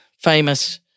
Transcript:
famous